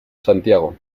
santiago